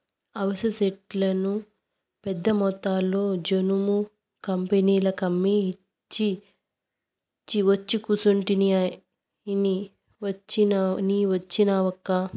అవిసె సెట్లను పెద్దమొత్తంలో జనుము కంపెనీలకమ్మి ఒచ్చి కూసుంటిని నీ వచ్చినావక్కా